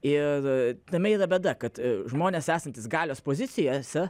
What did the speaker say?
ir tame yra bėda kad žmonės esantys galios pozicijose